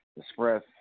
express